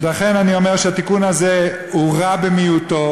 לכן אני אומר שהתיקון הזה הוא רע במיעוטו,